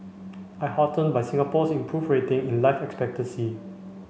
I'm heartened by Singapore's improved ratings in life expectancy